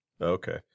Okay